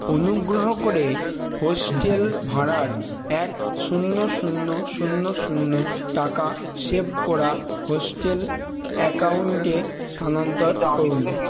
অনুগ্রহ করে হোস্টেল ভাড়ার এক শূন্য শূন্য শূন্য শূন্য টাকা সেভ করা হোস্টেল অ্যাকাউন্টে স্থানান্তর করুন